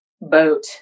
boat